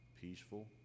peaceful